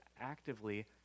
actively